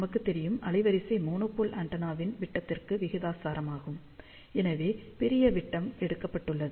நமக்கு தெரியும் அலைவரிசை மோனோபோல் ஆண்டெனாவின் விட்டத்திற்கு விகிதாசாரமாகும் எனவே பெரிய விட்டம் எடுக்கப்பட்டதுள்ளது